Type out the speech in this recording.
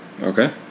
okay